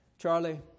Charlie